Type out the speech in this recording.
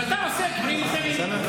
ואתה עושה דברים אחרים.